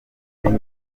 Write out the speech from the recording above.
zimwe